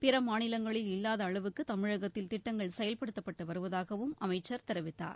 பிற மாநிலங்களில் இல்லாத அளவுக்கு தமிழகத்தில் திட்டங்கள் செயல்படுத்தப்பட்டு வருவதூகவும் அமைச்சர் தெரிவித்தார்